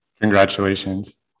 Congratulations